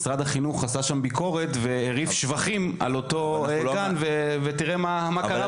משרד החינוך עשה שם ביקורת והרעיף שבחים על אותו גן ותראה מה קרה.